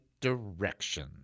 direction